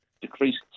decreased